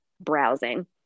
browsing